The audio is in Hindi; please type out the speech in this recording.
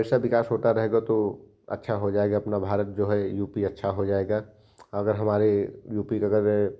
ऐसा विकास होता रहेगा तो अच्छा हो जाएगा यह अपना भारत जो है यू पी अच्छा हो जाएगा अगर हमारे यू पी अगर